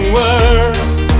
worse